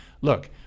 look